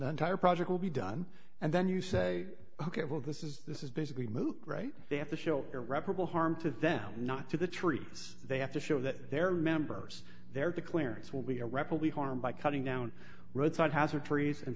the entire project will be done and then you say ok well this is this is basically moot right they have to show irreparable harm to them not to the trees they have to show that they're members there to clarence will be irreparably harmed by cutting down roadside hazard trees and